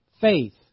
Faith